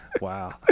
wow